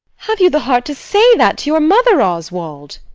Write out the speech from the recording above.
have you the heart to say that to your mother, oswald?